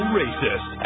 racist